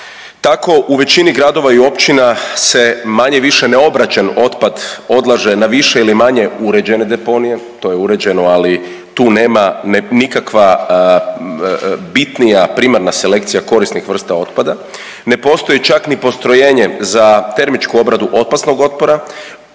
Tako u većini gradova i općina se manje-više neograđen otpad odlaže na više ili manje uređene deponije, to je uređeno ali tu nema nikakva bitnija primarna selekcija korisnih vrsta otpada. Ne postoji čak ni postrojenje za termičku obradu opasnog otpora,